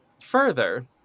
Further